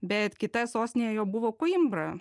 bet kita sostinė jo buvo koimbra